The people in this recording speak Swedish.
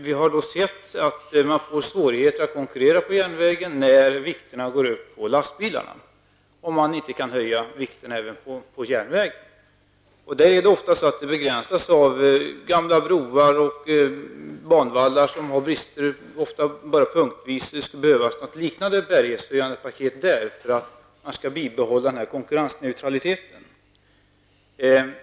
Vi ser att man får svårigheter att konkurrera på järnvägen när vikten går upp på lastbilarna, om man inte kan höja vikten även på järnvägen. Det är ofta så att transporterna begränsas av gamla broar och banvallar som har brister, många gånger punktvis. Därför skulle det behövas ett bärighetspaket för att bibehålla konkurrensneutralitet.